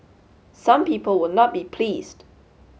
some people will not be pleased